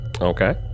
Okay